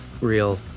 real